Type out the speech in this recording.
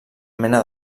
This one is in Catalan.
mena